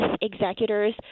executors